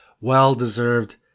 well-deserved